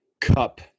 cup